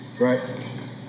Right